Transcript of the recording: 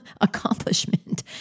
accomplishment